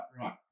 right